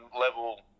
level